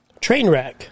Trainwreck